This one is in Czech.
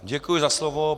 Děkuji za slovo.